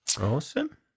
awesome